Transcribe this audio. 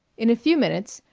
in a few minutes,